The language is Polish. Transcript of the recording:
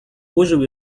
ułożył